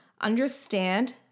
understand